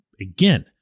again